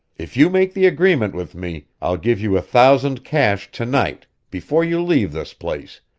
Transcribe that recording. if you make the agreement with me, i'll give you a thousand cash to-night before you leave this place,